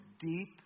deep